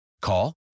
Call